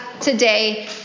today